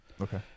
okay